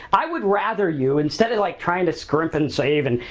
i would rather you, instead of like trying to scrimp and save and,